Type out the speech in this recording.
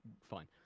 fine